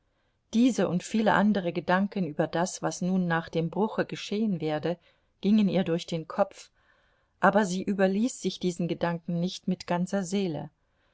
diese und viele andere gedanken über das was nun nach dem bruche geschehen werde gingen ihr durch den kopf aber sie überließ sich diesen gedanken nicht mit ganzer seele